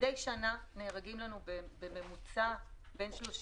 מדי שנה נהרגים לנו בממוצע בין 30